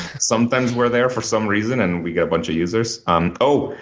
sometimes we're there for some reason, and we get a bunch of users. um oh,